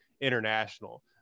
international